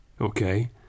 Okay